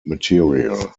material